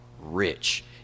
rich